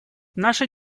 наша